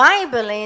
Bible